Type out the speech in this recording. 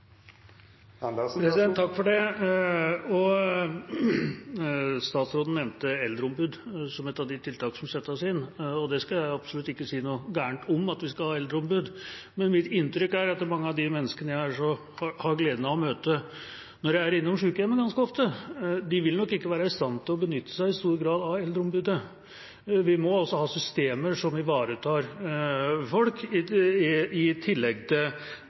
Statsråden nevnte eldreombud som et av tiltakene som settes inn. Jeg skal absolutt ikke si noe galt om å ha eldreombud, men mitt inntrykk er at mange av de menneskene jeg har gleden av å møte når jeg ganske ofte er innom sykehjemmet, vil nok ikke være i stand til å benytte seg av eldreombudet i stor grad. Vi må ha systemer som ivaretar folk, i tillegg til